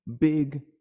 big